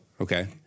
Okay